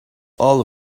all